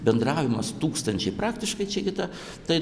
bendravimas tūkstančiai praktiškai čia gi ta tai